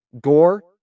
Gore